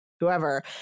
whoever